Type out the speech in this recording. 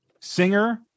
singer